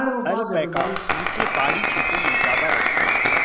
alpaca ऊँचे पहाड़ी क्षेत्रों में ज्यादा रहता है